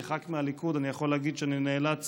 כח"כ מהליכוד אני יכול להגיד שאני נאלץ